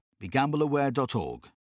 BeGambleAware.org